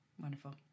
Wonderful